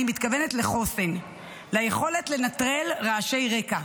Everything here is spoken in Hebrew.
אני מתכוונת לחוסן, ליכולת לנטרל רעשי רקע,